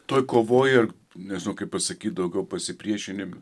toj kovoj nežinau kaip pasakyt daugiau pasipriešinim